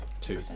Two